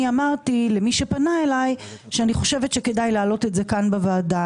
אמרתי למי שפנה אליי שאני חושבת שכדאי להעלות את זה כאן בוועדה.